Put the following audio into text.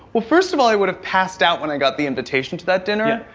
well, first of all, i would've passed out when i got the invitation to that dinner,